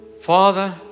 Father